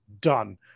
done